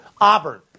Auburn